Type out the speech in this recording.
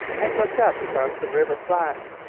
and looked up across the river flats,